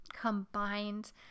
combined